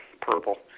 purple